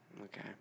Okay